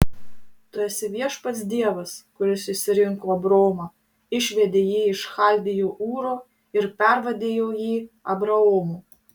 tu esi viešpats dievas kuris išsirinko abromą išvedė jį iš chaldėjų ūro ir pervardijo jį abraomu